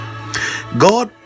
God